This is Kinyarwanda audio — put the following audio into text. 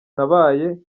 nabaye